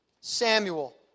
Samuel